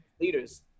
leaders